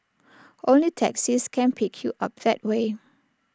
only taxis can pick you up that way